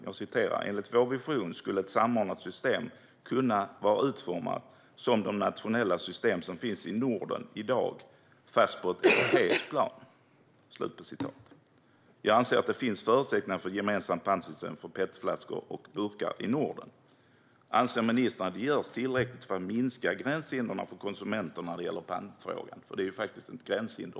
Jag citerar: "Enligt vår vision skulle ett samordnat system kunna vara utformat som de nationella system som finns i Norden i dag, fast på ett europeiskt plan." Jag anser att det finns förutsättningar för ett gemensamt pantsystem för petflaskor och burkar i Norden. Anser ministern att det görs tillräckligt för att minska gränshindren för konsumenterna, när det gäller pantfrågan? Det är också ett gränshinder.